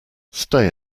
stay